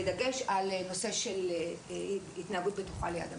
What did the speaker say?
בדגש על הנושא של התנהגות בטוחה ליד המים.